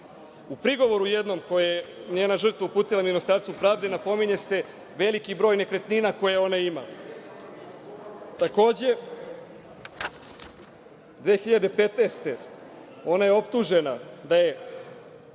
prigovoru jednom koji je njena žrtva uputila Ministarstvu pravde pominje se veliki broj nekretnina koje ona ima. Takođe, 2015. godine je optužena da je